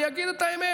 אני אגיד את האמת,